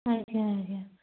ଆଜ୍ଞା ଆଜ୍ଞା